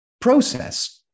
process